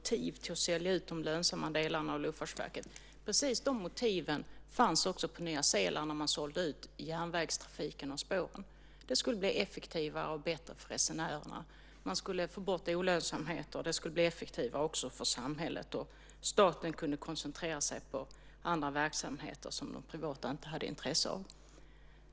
Fru talman! Precis de argument som Björn Hamilton använder som motiv till att sälja ut de lönsamma delarna av Luftfartsverket fanns också på Nya Zeeland när man sålde ut järnvägstrafiken och spåren. Det skulle bli effektivare och bättre för resenärerna. Man skulle få bort olönsamhet. Det skulle bli effektivare också för samhället, och staten kunde koncentrera sig på andra verksamheter som det privata inte hade intresse av.